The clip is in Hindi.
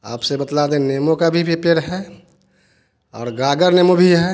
आप से बतला दे नींबू का भी पेड़ है और गागर नींबू भी है